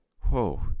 Whoa